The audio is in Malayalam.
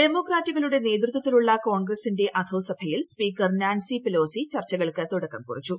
ഡെമോക്രാറ്റുകളുടെ നേതൃത്വത്തിലുള്ള കോൺഗ്രസ്സിന്റെ അധോസഭയിൽ സ്പീക്കർ നാൻസി പെലോസി ചർച്ചകൾക്ക് തുടക്കം കുറിച്ചു